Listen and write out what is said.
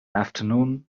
afternoon